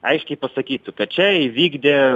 aiškiai pasakytų kad čia įvykdė